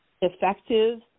effective